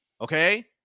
Okay